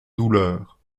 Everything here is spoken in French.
douleur